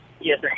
Yes